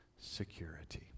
security